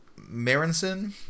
Marinson